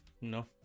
No